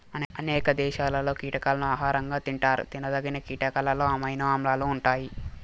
అనేక దేశాలలో కీటకాలను ఆహారంగా తింటారు తినదగిన కీటకాలలో అమైనో ఆమ్లాలు ఉంటాయి